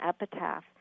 epitaph